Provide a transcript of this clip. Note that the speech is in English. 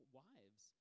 wives